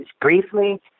briefly